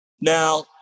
Now